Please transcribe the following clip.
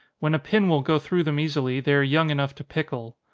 when a pin will go through them easily, they are young enough to pickle.